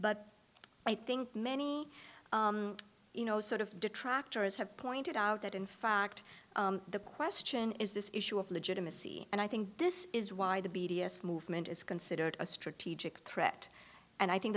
but i think many you know sort of detractors have pointed out that in fact the question is this issue of legitimacy and i think this is why the b d s movement is considered a strategic threat and i think